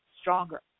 stronger